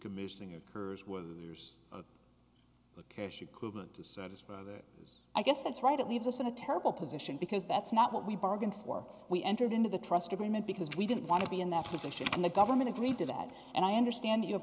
decommissioning occurs whether there's a cash equivalent to satisfy that i guess that's right it leaves us in a terrible position because that's not what we bargained for we entered into the trust agreement because we didn't want to be in that position and the government agreed to that and i understand you have